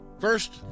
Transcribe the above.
First